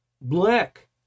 black